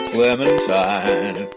Clementine